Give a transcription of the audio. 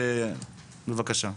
בבקשה.